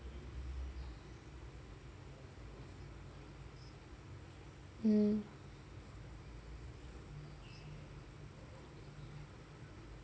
mm